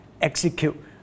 execute